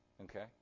Okay